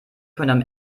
können